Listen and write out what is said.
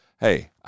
hey